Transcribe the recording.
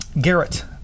Garrett